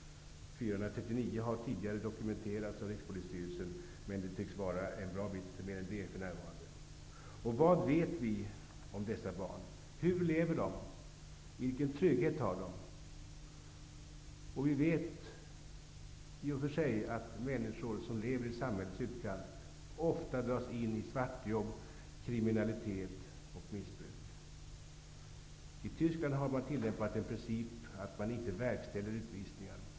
439 har tidigare dokumenterats av Rikspolisstyrelsen. Men det tycks för närvarande handla om ännu fler. Vad vet vi om dessa barn? Hur lever de? Vilken trygghet har de? Vi vet i och för sig att människor som lever i samhällets utkant ofta dras in i svartjobb, kriminalitet och missbruk. I Tyskland har man tillämpat en princip som innebär att man inte verkställer utvisningar.